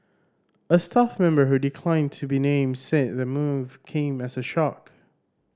a staff member who declined to be named said the move came as a shock